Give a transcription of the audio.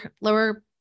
lower